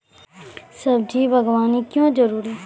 सब्जी बागवानी क्यो जरूरी?